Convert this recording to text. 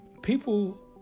People